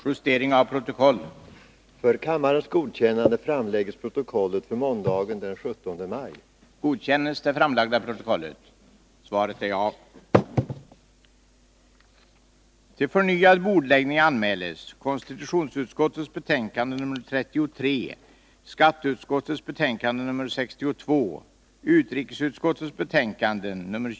Jag får meddela att på morgondagens föredragningslista uppförs socialförsäkringsutskottets betänkande 15 främst bland två gånger bordlagda ärenden.